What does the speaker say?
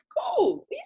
cool